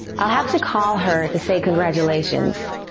i'll have to call her to say congratulations.